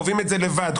קובעים את זה לבד,